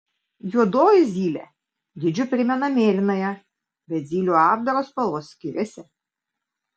juodoji zylė dydžiu primena mėlynąją bet zylių apdaro spalvos skiriasi